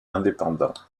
indépendants